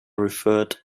referred